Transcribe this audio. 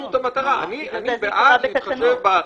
ואז החמצנו את המטרה.